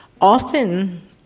often